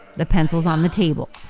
the pencil's on the table.